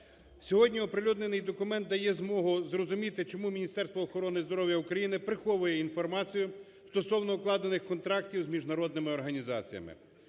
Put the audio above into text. Сьогодні оприлюднений документ дає змогу зрозуміти чому Міністерство охорони здоров'я України приховує інформацію стосовно укладених контрактів з міжнародними організаціями.